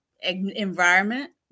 environment